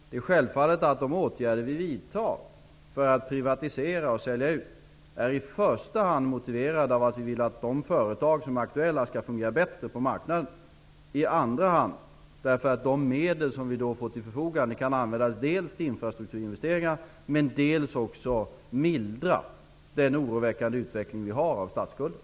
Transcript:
Det är självklart att de åtgärder som vi vidtar för att privatisera och sälja ut i första hand är motiverade av att vi vill att de företag som är aktuella skall fungera bättre på marknaden, i andra hand av att de medel som vi får till vårt förfogande kan användas dels till infrastrukturinvesteringar, dels också till att mildra den oroväckande utveckling som vi har av statsskulden.